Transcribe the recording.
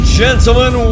gentlemen